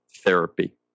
therapy